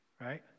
right